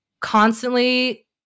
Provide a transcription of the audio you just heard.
constantly